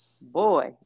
boy